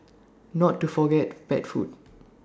not to forget pet food